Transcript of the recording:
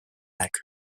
aeg